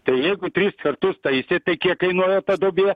tai jeigu tris kartus taisė tai kiek kainuoja ta duobė